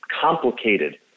complicated